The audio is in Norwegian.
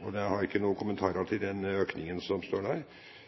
og jeg har ingen kommentarer til den økningen som står der.